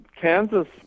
Kansas